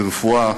ברפואה,